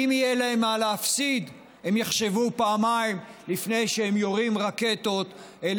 כי אם יהיה להם מה להפסיד הם יחשבו פעמיים לפני שהם יורים רקטות אל